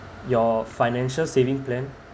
your financial saving plan